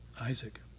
Isaac